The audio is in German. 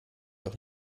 doch